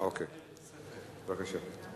אוקיי, בבקשה.